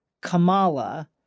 Kamala